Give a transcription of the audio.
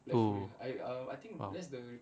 oh !wow!